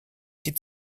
die